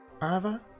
Arva